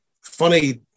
funny